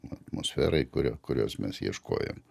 atmosferai kurio kurios mes ieškojom